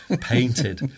painted